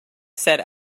said